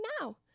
now